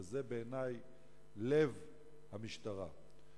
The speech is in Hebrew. שבעיני הוא לב המשטרה.